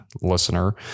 listener